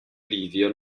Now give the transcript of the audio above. livio